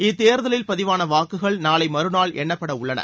இத்தேர்தலில் பதிவான வாக்குகள் நாளை மறுநாள் எண்ணப்பட உள்ளன